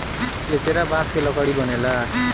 चेचरा बांस के लकड़ी बनेला